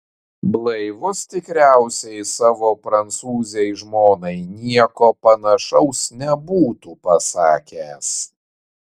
blaivus tikriausiai savo prancūzei žmonai nieko panašaus nebūtų pasakęs